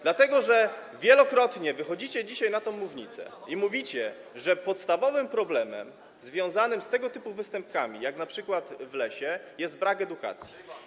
Dlatego że dzisiaj wielokrotnie wychodzicie na tę mównicę i mówicie, że podstawowym problemem związanym z tego typu występkami jak np. ten w lesie, jest brak edukacji.